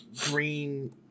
green